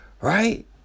right